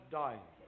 dying